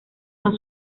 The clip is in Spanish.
más